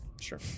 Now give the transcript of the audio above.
Sure